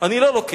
אני לא לוקח.